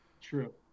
True